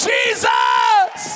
Jesus